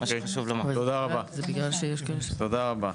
תודה רבה.